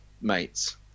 mates